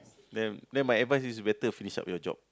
then then my advice is better finish up your job